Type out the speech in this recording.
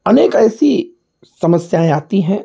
अनेक ऐसी समस्याएँ आती हैं